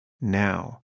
now